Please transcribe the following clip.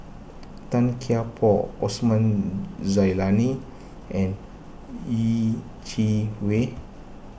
Tan Kian Por Osman Zailani and Yeh Chi Wei